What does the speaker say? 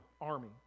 army